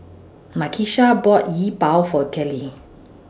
Nakisha bought Yi Bua For Kelli